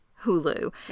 Hulu